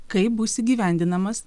kaip bus įgyvendinamas